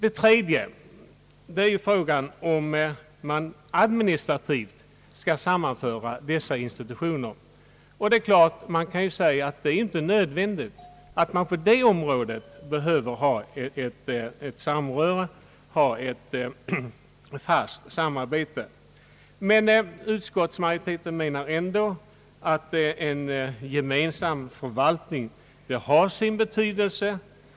En annan fråga är om man administrativt skall sammanföra dessa institutioner. Man kan naturligtvis säga att det inte är nödvändigt att på detta område ha ett fast samarbete. Men utskottsmajoriteten menar ändå att en gemensam förvaltning har sin betydelse.